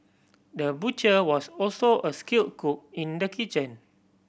the butcher was also a skilled cook in the kitchen